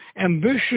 ambitious